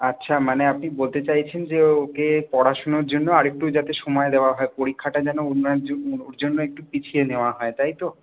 আচ্ছা মানে আপনি বলতে চাইছেন যে ওকে পড়াশুনোর জন্য আরেকটু যাতে সময় দেওয়া হয় পরীক্ষাটা যেন ওনার জ ওর জন্য একটু পিছিয়ে নেওয়া হয় তাই তো